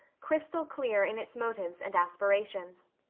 crystal clear in its motives and aspirations.